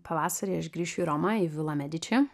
pavasarį aš grįšiu į romą į vilą mediči